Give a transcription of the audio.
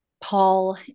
Paul